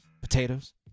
potatoes